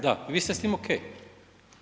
Da, vi ste s tim okej?